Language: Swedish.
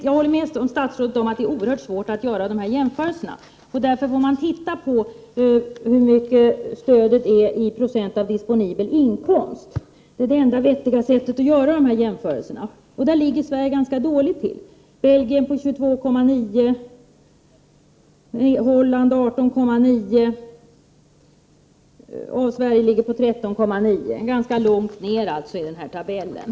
Jag håller med statsrådet om att det är oerhört svårt att göra dessa jämförelser mellan olika länder. Därför får man titta på hur mycket stödet utgör av disponibel inkomst. Det är det enda vettiga sättet att göra dessa jämförelser på. Där ligger Sverige ganska dåligt till. Belgiens siffra är 22,9, Holland har 18,9 och Sverige har 13,9. Sverige ligger alltså ganska långt ned i den här tabellen.